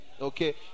Okay